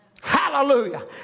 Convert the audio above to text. Hallelujah